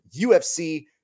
UFC